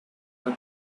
her